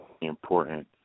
important